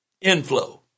Inflow